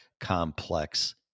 complex